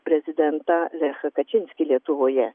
prezidentą lechą kačinskįlech kaczynski lietuvoje